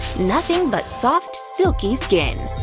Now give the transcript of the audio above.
nothing but soft, silky skin!